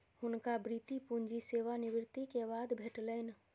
हुनका वृति पूंजी सेवा निवृति के बाद भेटलैन